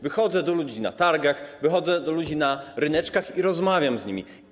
Wychodzę do ludzi na targach, wychodzę do ludzi na ryneczkach i rozmawiam z nimi.